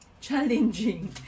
challenging